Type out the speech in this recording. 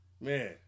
Man